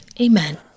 Amen